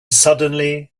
suddenly